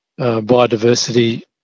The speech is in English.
biodiversity